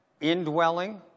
indwelling